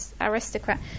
aristocrat